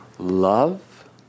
Love